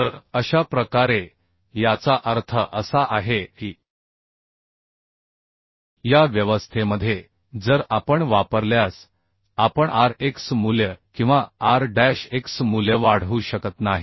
तर अशा प्रकारे याचा अर्थ असा आहे की या व्यवस्थेमध्ये जर आपण वापरल्यास आपण R x मूल्य किंवा R डॅश x मूल्य वाढवू शकत नाही